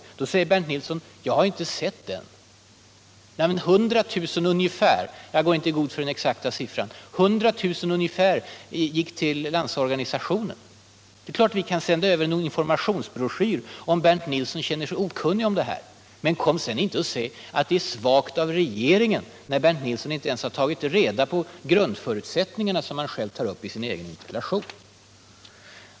Då säger Bernt Nilsson: Jag har inte sett den! Nej, men ungefär 100 000 — jag går inte i god för den exakta siffran — gick till Landsorganisationen. Det är klart att vi kan sända över en informationsbroschyr om Bernt Nilsson känner sig okunnig om de här frågorna. Men kom inte och säg att det är ”svagt” av regeringen när Bernt Nilsson inte ens har tagit reda på grundförutsättningarna för de frågor som han själv tar upp i sin interpellation.